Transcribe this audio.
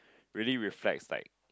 really reflects like